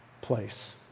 place